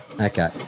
Okay